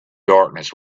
darkness